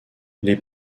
les